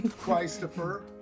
Christopher